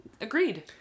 agreed